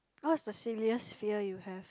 what's the silliest fear you have